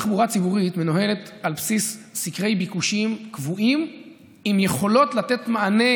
תחבורה ציבורית מנוהלת על בסיס סקרי ביקושים קבועים עם יכולות לתת מענה